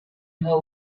her